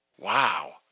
Wow